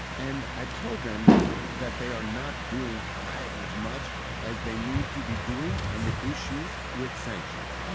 and i told them that they are not doing quite as much as they need to be doing on the issues with sanctions.